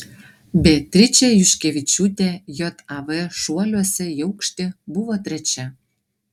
beatričė juškevičiūtė jav šuoliuose į aukštį buvo trečia